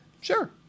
sure